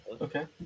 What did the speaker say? Okay